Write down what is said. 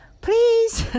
please